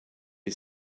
est